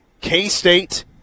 K-State